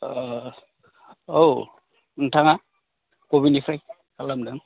औ नोंथाङा बबेनिफ्राय खालामदों